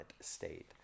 state